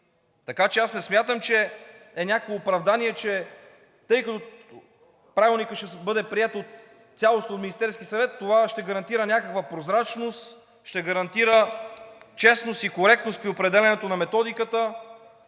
Така че аз не смятам, че е някакво оправдание, че тъй като Правилникът ще бъде приет цялостно от Министерския съвет, това ще гарантира някаква прозрачност, ще гарантира честност и коректност при определянето на методиката